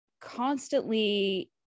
constantly